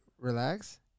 Relax